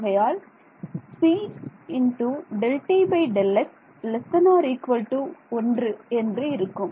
ஆகையால் cΔtΔx ≤ 1 என்று இருக்கும்